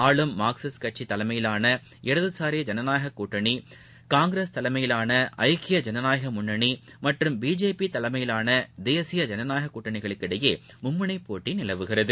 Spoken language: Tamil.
ஆளும் மார்க்சிஸட் கட்சிதலைமையிலான இடதுசாரி ஜனநாயககூட்டனி காங்கிரஸ் தலைமையலானதக்கிய ஜனநாயகமுன்னனிமற்றம் பிஜேபிதலைமியலானதேசிய ஜனநாயககூட்டணிகளுக்கிடையேமும்முனைப்போட்டிநிலவுகிறது